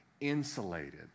insulated